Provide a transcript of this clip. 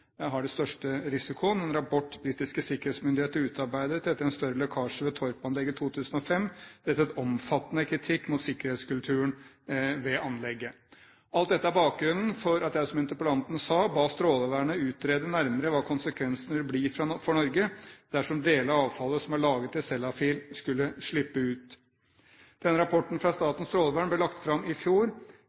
har den største risikoen. En rapport som britiske sikkerhetsmyndigheter utarbeidet etter en større lekkasje ved Thorp-anlegget i 2005, rettet omfattende kritikk mot sikkerhetskulturen ved anlegget. Alt dette er bakgrunnen for at jeg, som interpellanten sa, ba Strålevernet utrede nærmere hva konsekvensen vil bli for Norge dersom deler av avfallet som er lagret ved Sellafield, skulle slippe ut. Den rapporten fra Statens strålevern ble lagt fram i fjor.